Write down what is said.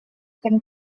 can